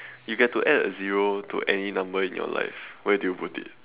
you get to add a zero to any number in your life where do you put it